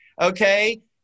okay